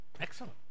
Excellent